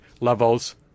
levels